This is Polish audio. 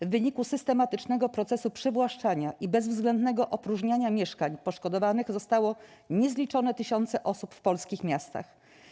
W wyniku systematycznego procesu przywłaszczania i bezwzględnego opróżniania mieszkań poszkodowanych zostało niezliczone tysiące osób w polskich miastach.